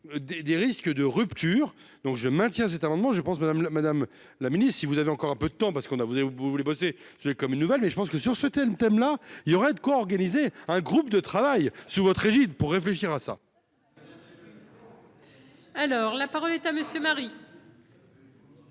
des risques de rupture donc je maintiens cet amendement je pense madame la madame la Ministre, si vous avez encore un peu de temps parce qu'on a vous avez vous voulez bosser, j'ai comme une nouvelle, mais je pense que sur ce thème : thème : là, il y aurait de quoi organiser un groupe de travail sous votre égide pour réfléchir à ça. Alors la parole est à monsieur Marie.